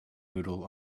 noodle